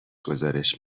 گزارش